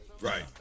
Right